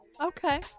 Okay